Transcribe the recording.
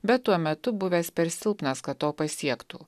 bet tuo metu buvęs per silpnas kad to pasiektų